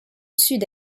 sud